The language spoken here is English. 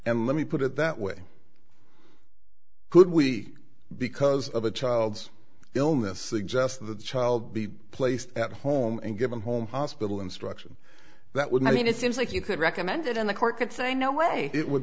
and let me put it that way could we because of a child's illness suggest the child be placed at home and given home hospital instruction that would mean it seems like you could recommend it in the court could say no way it would